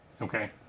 Okay